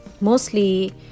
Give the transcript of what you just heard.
mostly